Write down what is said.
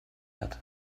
hat